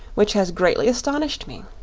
which has greatly astonished me.